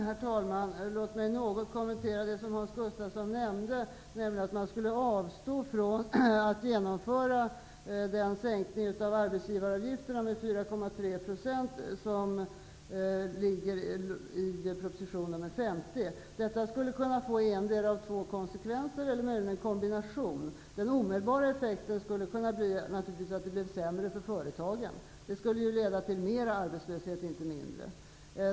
Herr talman! Låt mig något kommentera det Hans Gustafsson nämnde om att avstå från att genomföra den sänkning av arbetsgivaravgiften med 4,3 % som ligger i proposition nr 50. Detta skulle kunna få endera av två konsekvenser eller möjligen en kombination av dem. Den omedelbara effekten skulle kunna bli att det blev sämre för företagen. Det skulle leda till mera arbetslöshet och inte mindre.